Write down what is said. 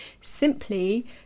simply